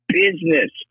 business